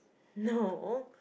no